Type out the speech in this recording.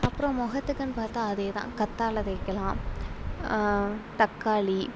அப்புறம் முகத்துக்குன்னு பார்த்தா அதேதான் கத்தாழை தேய்க்கலாம் தக்காளி